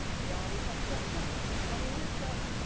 johnny chuck, chuck, chuck! johnny woodchuck!